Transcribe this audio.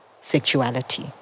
sexuality